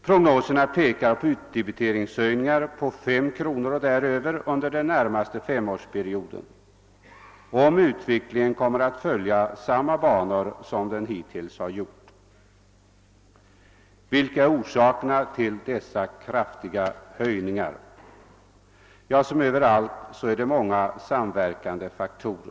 Prognoserna pekar på utdebiteringshöjningar på 5 kronor och däröver under den närmaste femårsperioden, om utvecklingen kommer att följa samma banor som den hittills har gjort. Vilka är orsakerna till dessa kraftiga höjningar? Ja, som överallt är det många samverkande faktorer.